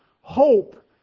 Hope